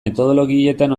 metodologietan